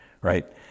right